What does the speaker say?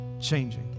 changing